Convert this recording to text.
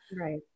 right